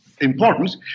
importance